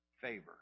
favor